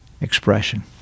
expression